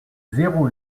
zéro